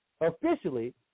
Officially